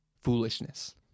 foolishness